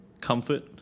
comfort